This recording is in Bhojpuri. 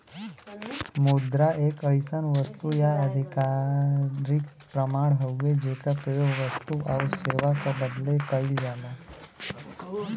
मुद्रा एक अइसन वस्तु या आधिकारिक प्रमाण हउवे जेकर प्रयोग वस्तु आउर सेवा क बदले कइल जाला